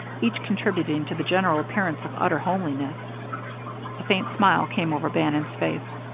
each contributing to the general appearance of utter homeliness a faint smile came over bannon's face.